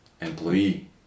employee